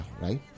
right